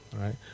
right